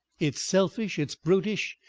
it's selfish. it's brutish.